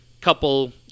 couple